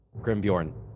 Grimbjorn